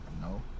No